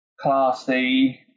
Classy